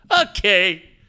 Okay